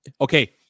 Okay